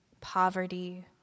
poverty